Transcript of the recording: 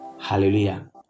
Hallelujah